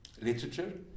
literature